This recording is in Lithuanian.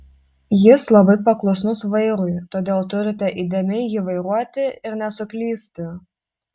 jis labai paklusnus vairui todėl turite įdėmiai jį vairuoti ir nesuklysti